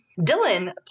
Dylan